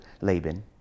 Laban